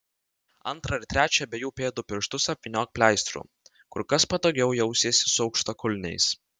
antrą ir trečią abiejų pėdų pirštus apvyniok pleistru kur kas patogiau jausiesi su aukštakulniais